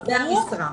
המשרה.